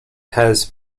has